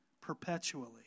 perpetually